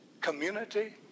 community